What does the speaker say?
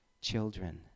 children